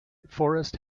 forest